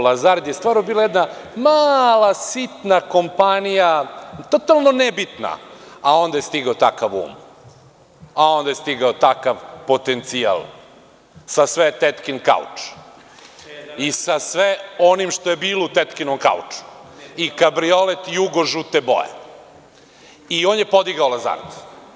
Lazard“ je stvarno bila jedna mala, sitna kompanija, totalno nebitna, a onda je stigao takav um, onda je stigao takav potencijal sa sve tetkinim kaučom i sa svim onim što je bilo u tetkinom kauču i kabriolet jugo žute boje i on je podigao „Lazard“